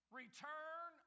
return